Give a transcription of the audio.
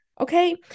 Okay